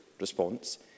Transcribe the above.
response